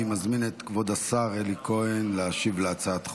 אני מזמין את כבוד השר אלי כהן להשיב על הצעת החוק.